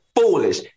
foolish